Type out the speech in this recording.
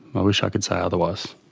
i wish i could say otherwise.